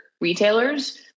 retailers